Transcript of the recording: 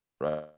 right